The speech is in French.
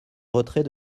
retrait